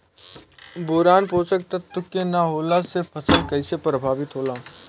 Boron पोषक तत्व के न होला से फसल कइसे प्रभावित होला?